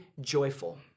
joyful